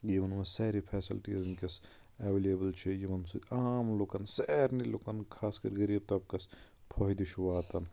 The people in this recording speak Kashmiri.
یِمن منٛز سارے فیسلٹیٖز ؤنٛکیٚس اٮ۪ویلیبٕل چھِ یِمن سۭتۍ عام لُکن سارنی لُکن خاص کر غریٖب طبقس فٲیدٕ چھُ واتان